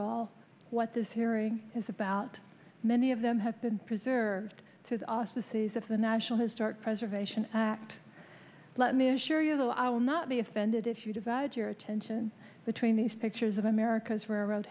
all what this hearing is about many of them have been preserved to the auspices of the national historic preservation act let me assure you though i will not be offended if you divide your attention between these pictures of america's